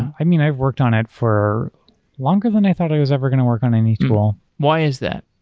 i mean, i've worked on it for longer than i thought it was ever going to work on any tool. why is that?